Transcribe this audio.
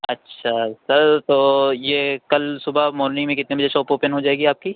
اچھا سر تو یہ کل صُبح مارننگ میں کتنے بجے شاپ اوپن ہو جائے گی آپ کی